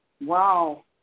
Wow